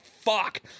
fuck